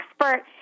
expert